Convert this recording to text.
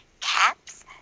caps